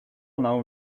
known